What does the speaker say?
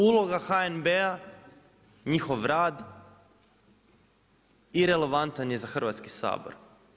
Uloga HNB-a, njihov rad irelevantan je za Hrvatski sabor.